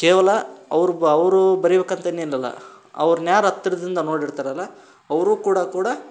ಕೇವಲ ಅವ್ರು ಬ ಅವರು ಬರಿಬೇಕಂತನೇಲಲ್ಲ ಅವ್ರನ್ನ ಯಾರು ಹತ್ರದಿಂದ ನೋಡಿರ್ತಾರಲ್ಲ ಅವರು ಕೂಡ ಕೂಡ